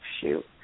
shoot